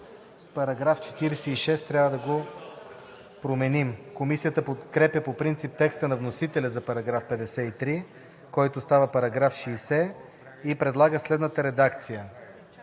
с § 46, трябва да го променим. Комисията подкрепя по принцип текста на вносителя за § 53, който става § 60, и предлага следната редакция: